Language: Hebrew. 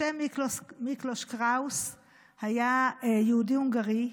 משה מיקלוש קראוס היה יהודי הונגרי,